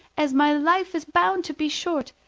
as my life is bound to be short,